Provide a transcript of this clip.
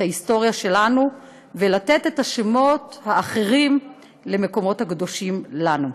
ההיסטוריה שלנו ולתת את השמות האחרים למקומות הקדושים לנו.